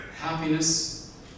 happiness